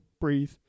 breathe